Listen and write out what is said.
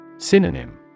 Synonym